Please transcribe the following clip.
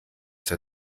der